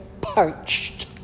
parched